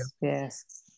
Yes